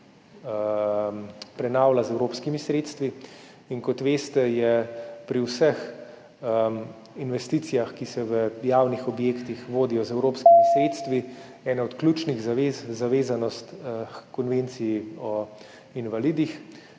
prenavlja z evropskimi sredstvi. Kot veste, je pri vseh investicijah, ki se v javnih objektih vodijo z evropskimi sredstvi, ena od ključnih zavez zavezanost konvenciji o invalidih,